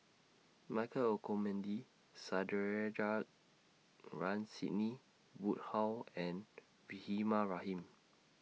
Michael Olcomendy Sandrasegaran Sidney Woodhull and Rahimah Rahim